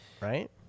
right